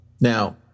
Now